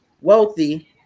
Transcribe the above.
wealthy